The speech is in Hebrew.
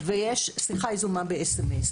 ויש שיחה יזומה באס.אם.אס.